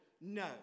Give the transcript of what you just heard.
no